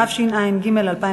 התשע"ג 2013,